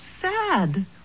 sad